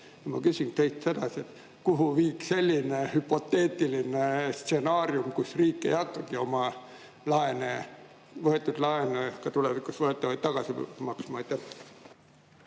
Ma küsin seda: kuhu viib selline hüpoteetiline stsenaarium, et riik ei hakkagi oma võetud laene, ka tulevikus võetavaid, tagasi maksma? Aitäh!